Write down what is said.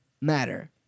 matter